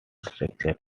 structural